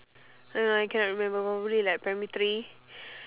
oh no I cannot remember probably like primary three